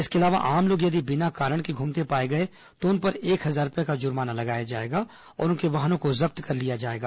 इसके अलावा आम लोग यदि बिना कारण के घूमते पाए गए तो उन पर एक हजार रूपये का जुर्माना लगाया जाएगा और उनके वाहनों को जब्त कर लिया जाएगा